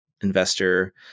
investor